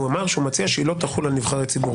הוא אמר שהוא מציע שהיא לא תחול על נבחרי ציבור.